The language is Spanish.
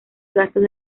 gastos